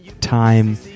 time